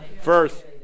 First